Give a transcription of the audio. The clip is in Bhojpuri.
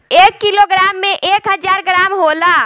एक किलोग्राम में एक हजार ग्राम होला